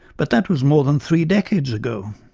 but that was more than three decades ago.